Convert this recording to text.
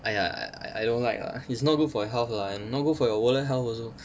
!aiya! I I don't like lah it's no good for health lah and no good for your wallet health also